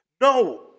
No